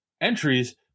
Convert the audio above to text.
entries